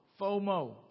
FOMO